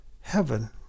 heaven